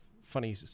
funny